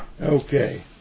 okay